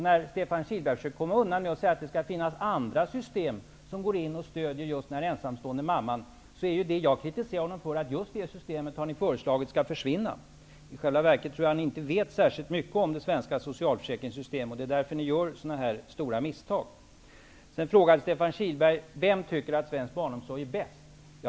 När Stefan Kihlberg försö ker komma undan med att säga att det bör finnas andra system som den ensamstående mamman kan få stöd genom, kritiserar jag honom för att det är just det system som Ny demokrati har före slagit skall försvinna. I själva verket tror jag inte att ni vet särskilt mycket om det svenska socialför säkringssystemet, och därför gör ni så här stora misstag. Stefan Kihlberg frågade: Vem tycker att svensk barnomsorg är bäst?